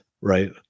right